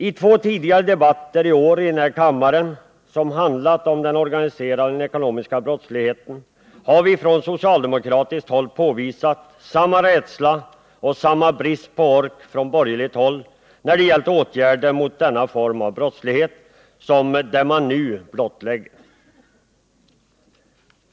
I två tidigare debatter i år i denna kammare, vilka handlade om den organiserade och den ekonomiska brottsligheten, har vi från socialdemokratiskt håll påvisat samma rädsla och samma brist på kraft på borgerligt håll när det gällt åtgärder mot den form av brottslighet som man nu blottlägger.